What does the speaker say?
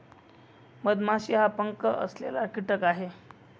मधमाशी हा पंख असलेला कीटक आहे